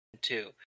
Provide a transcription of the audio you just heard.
two